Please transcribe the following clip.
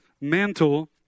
mantle